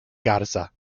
garza